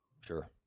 sure